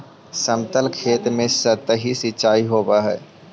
समतल खेत में सतही सिंचाई होवऽ हइ